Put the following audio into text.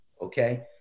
okay